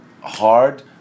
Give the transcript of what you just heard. hard